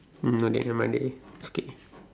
um donate the money okay